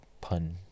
pun